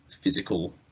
physical